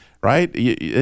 right